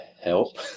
help